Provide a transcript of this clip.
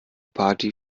party